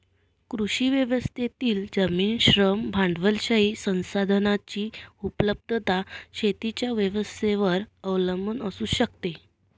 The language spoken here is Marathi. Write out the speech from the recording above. कृषी व्यवस्थेतील जमीन, श्रम, भांडवलशाही संसाधनांची उपलब्धता शेतीच्या व्यवस्थेवर अवलंबून असू शकते